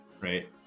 right